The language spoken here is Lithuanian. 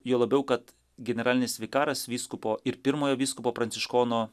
juo labiau kad generalinis vikaras vyskupo ir pirmojo vyskupo pranciškono